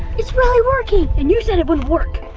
it's really working! and you said it wouldn't work.